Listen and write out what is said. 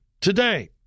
today